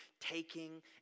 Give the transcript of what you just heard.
taking